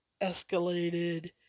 escalated